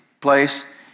place